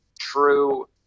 true